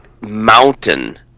mountain